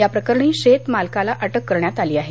या प्रकरणी शेतमालकाला अटक करण्यात आली आहे